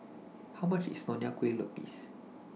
How much IS Nonya Kueh Lapis